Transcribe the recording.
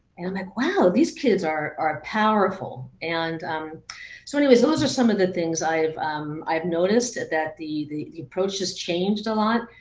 and i'm like wow, these kids are are powerful. and so anyway those are some of the things i've i've noticed that that the the approach has changed a lot.